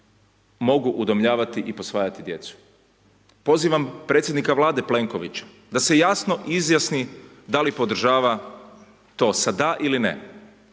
mogu udomljavati i posvajati djecu, poziv predsjednika Vlade Plenkovića da se jasno izjasni da li podržava to sa DA ili NE.